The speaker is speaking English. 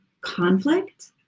conflict